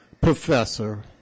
professor